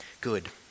Good